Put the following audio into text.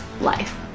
life